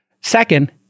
Second